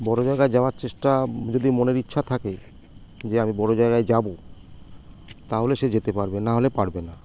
বড় জায়গায় যাওয়ার চেষ্টা যদি মনের ইচ্ছা থাকে যে আমি বড় জাগায় যাব তাহলে সে যেতে পারবে না হলে পারবে না